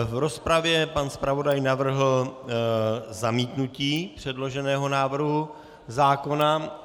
V rozpravě pan zpravodaj navrhl zamítnutí předloženého návrhu zákona.